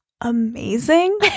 amazing